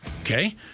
Okay